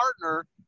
partner